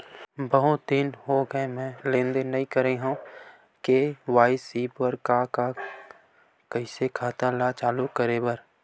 बहुत दिन हो गए मैं लेनदेन नई करे हाव के.वाई.सी बर का का कइसे खाता ला चालू करेबर?